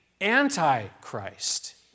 Antichrist